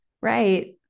Right